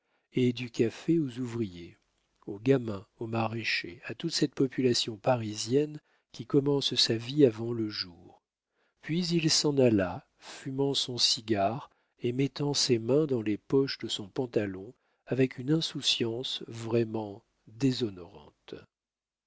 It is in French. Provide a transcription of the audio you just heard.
et du café aux ouvriers aux gamins aux maraîchers à toute cette population parisienne qui commence sa vie avant le jour puis il s'en alla fumant son cigare et mettant ses mains dans les poches de son pantalon avec une insouciance vraiment déshonorante